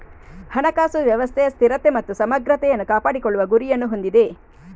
ಹಣಕಾಸು ವ್ಯವಸ್ಥೆಯ ಸ್ಥಿರತೆ ಮತ್ತು ಸಮಗ್ರತೆಯನ್ನು ಕಾಪಾಡಿಕೊಳ್ಳುವ ಗುರಿಯನ್ನು ಹೊಂದಿದೆ